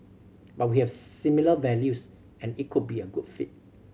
but we have similar values and it could be a good fit